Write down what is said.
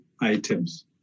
items